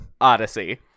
odyssey